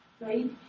right